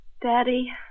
Daddy